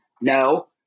no